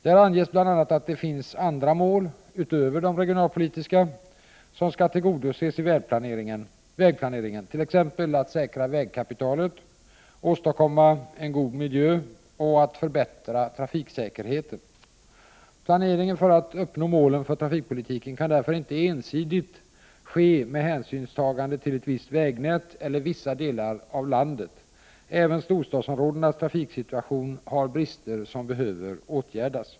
Där anges bl.a. att det finns andra mål — utöver de regionalpolitiska — som skall tillgodoses i vägplaneringen, t.ex. att säkra vägkapitalet, åstadkomma en god miljö och förbättra trafiksäkerheten. Planeringen för att uppnå målen för trafikpolitiken kan därför inte ensidigt ske med hänsynstagande till ett visst vägnät eller till vissa delar av landet. Även storstadsområdenas trafiksituation har brister som behöver åtgärdas.